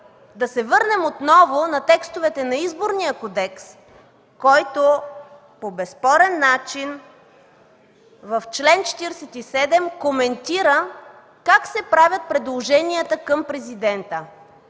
да се върнем отново на текстовете на Изборния кодекс, който по безспорен начин в чл. 47, коментира как се правят предложенията към президента.